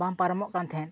ᱵᱟᱝ ᱯᱟᱨᱚᱢᱚᱜ ᱠᱟᱱ ᱛᱟᱦᱮᱸᱫ